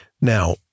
Now